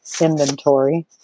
inventory